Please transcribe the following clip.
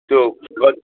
त्यो गल